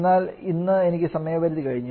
എന്നാൽ ഇന്ന് എനിക്ക് സമയപരിധി കഴിഞ്ഞു